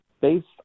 based